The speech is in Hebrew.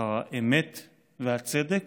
אחר האמת והצדק,